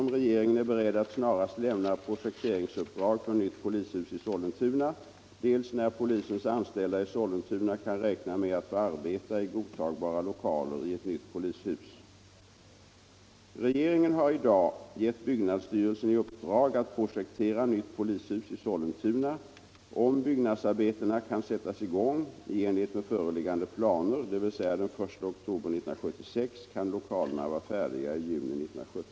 Yrkesinspektionen begär besked om planerade åtgärder senast den 30 november. Mot bakgrund härav ber jag att få ställa följande frågor till justitieminister: 1. Är regeringen beredd att snarast lämna projekteringsuppdrag för nytt polishus i Sollentuna? 2. När kan polisens anställda i Sollentuna räkna med att få arbeta i godtagbara lokaler i ett nytt polishus?